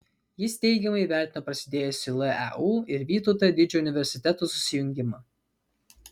jis teigiamai įvertino prasidėjusį leu ir vytauto didžiojo universitetų susijungimą